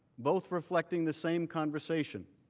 both reflecting the same conversation.